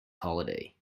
holiday